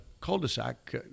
cul-de-sac